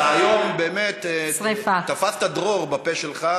אתה היום באמת תפסת דרור בפה שלך.